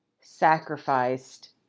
sacrificed